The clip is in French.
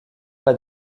pas